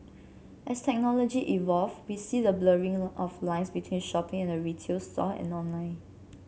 as technology evolve we see the blurring of lines between shopping at a retail store and online